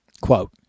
Quote